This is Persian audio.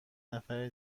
نفر